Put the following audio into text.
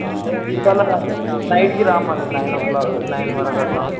ఇవాళ నైట్కి రా మళ్ళీ నైన్ ఓ క్లాక్ నైన్ వరికు అట్లా